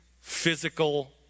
physical